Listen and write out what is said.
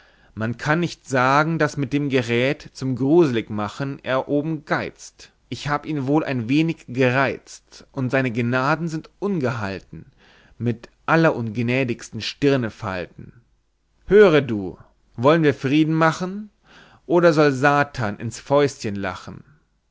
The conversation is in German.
man kann nicht sagen daß mit dem geräth zum gruseligmachen er oben geizt ich hab ihn wohl ein wenig gereizt und seine gnaden sind ungehalten mit allerungnädigstem stirnefalten höre du wollen wir frieden machen oder soll satan ins fäustchen lachen